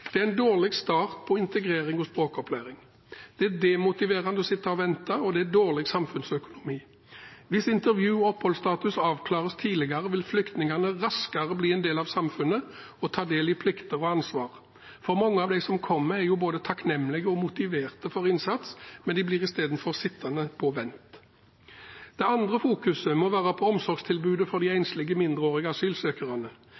Det er en dårlig start på integrering og språkopplæring. Det er demotiverende å sitte og vente, og det er dårlig samfunnsøkonomi. Hvis intervju og oppholdsstatus avklares tidligere, vil flyktningene raskere bli en del av samfunnet og ta del i plikter og ansvar. Mange av dem som kommer, er både takknemlige og motiverte for innsats, men de blir isteden sittende på vent. Det andre fokuset må være på omsorgstilbudet for de enslige mindreårige asylsøkerne.